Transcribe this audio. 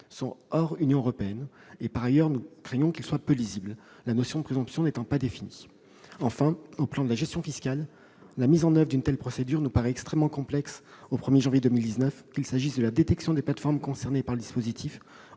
sont hors Union européenne. Et nous craignons également qu'il ne soit peu lisible, la notion de présomption n'étant pas définie. Sur le plan de la gestion fiscale, la mise en oeuvre d'une telle procédure nous paraît extrêmement complexe au 1 janvier 2019, qu'il s'agisse de la détection des plateformes concernées par le dispositif